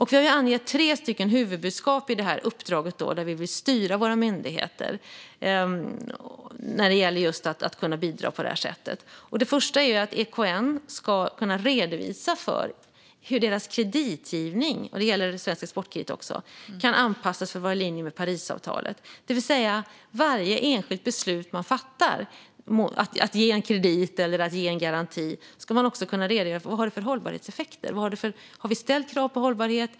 Vi har angett tre huvudbudskap i detta uppdrag, där vi vill styra våra myndigheter när det gäller just att bidra på det här sättet. Det första är att EKN ska kunna redovisa hur deras kreditgivning - och det gäller Svensk Exportkredit också - kan anpassas för att vara i linje med Parisavtalet. För varje enskilt beslut man fattar - att ge en kredit eller att ge en garanti - ska man också kunna redogöra för vad det har för hållbarhetseffekter. Har vi ställt krav på hållbarhet?